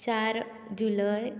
चार जुलय